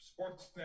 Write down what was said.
sportsnet